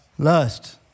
Lust